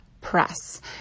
press